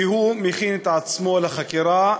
כי הוא מכין את עצמו לחקירה,